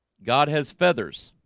god has feathers